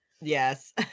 yes